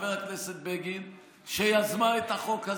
חבר הכנסת בגין, שיזמה את החוק הזה?